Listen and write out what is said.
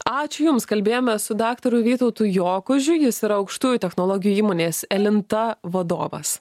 ačiū jums kalbėjomės su daktaru vytautu jokužiu jis yra aukštųjų technologijų įmonės elinta vadovas